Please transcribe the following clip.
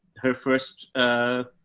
her first, ah,